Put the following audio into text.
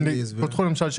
למשל,